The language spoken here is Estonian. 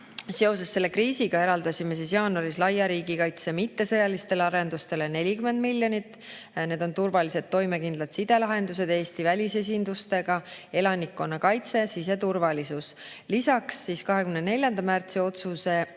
Seoses selle kriisiga eraldasime jaanuaris laia riigikaitse mittesõjalistele arendustele 40 miljonit. Need on turvalised toimekindlad sidelahendused Eesti välisesindustega, elanikkonnakaitse, siseturvalisus. Lisaks, 24. märtsi otsuse